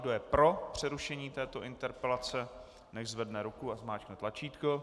Kdo je pro přerušení této interpelace, nechť zvedne ruku a zmáčkne tlačítko.